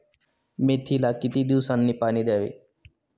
मेथीला किती दिवसांनी पाणी द्यावे?